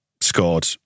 scored